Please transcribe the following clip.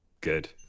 Good